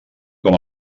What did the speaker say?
com